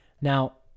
Now